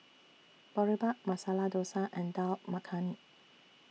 Boribap Masala Dosa and Dal Makhani